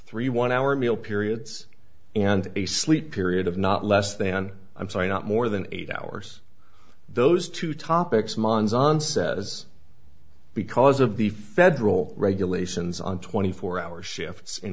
three one hour meal periods and a sleep period of not less than i'm sorry not more than eight hours those two topics mons on says because of the federal regulations on twenty four hour shifts